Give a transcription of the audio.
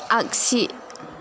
आगसि